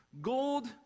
Gold